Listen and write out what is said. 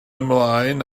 ymlaen